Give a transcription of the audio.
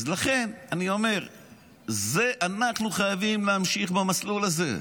אז לכן אני אומר, אנחנו חייבים להמשיך במסלול הזה.